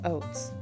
Oats